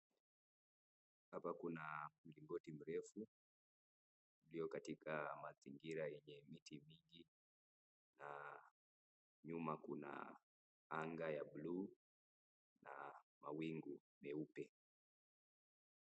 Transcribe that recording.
Hapa kuna mlingoti mrefu ulio katika mazingira yenye miti mingi na nyuma kuna anga ya buluu na mawingu meupe.